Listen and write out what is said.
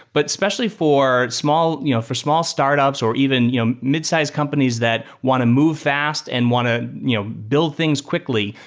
but especially for small you know for small startups or even you know midsized companies that want to move fast and want to you know build things quickly,